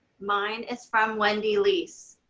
mine is from wendy leece.